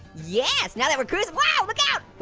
yeah so now that we're cruising, whoa, look out!